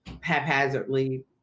haphazardly